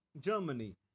Germany